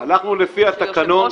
לפי התקנון,